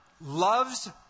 loves